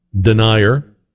denier